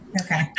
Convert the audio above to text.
Okay